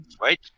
wait